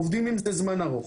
עובדים על זה כבר זמן ארוך.